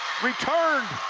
return